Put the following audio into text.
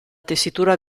tessitura